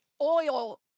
Oil